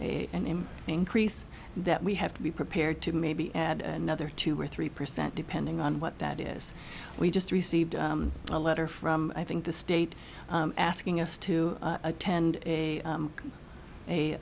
a and m increase that we have to be prepared to maybe add another two or three percent depending on what that is we just received a letter from i think the state asking us to attend a